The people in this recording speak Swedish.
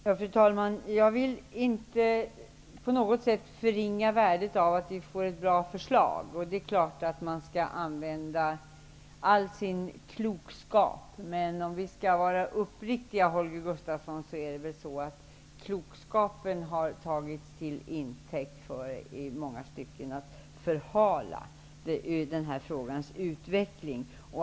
Fru talman! Jag vill inte på något sätt förringa värdet av att vi får ett bra förslag. Man skall självfallet använda all sin klokskap. Men om vi skall vara uppriktiga, Holger Gustafsson, så har väl klokskapen i många stycken tagits till intäkt för att förhala frågans behandling.